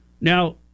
Now